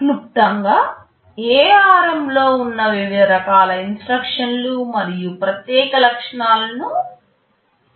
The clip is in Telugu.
క్లుప్తంగా ARM లో ఉన్న వివిధ రకాల ఇన్స్ట్రక్షన్లు మరియు ప్రత్యేక లక్షణాలను మేము చూశాము